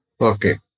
Okay